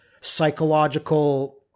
psychological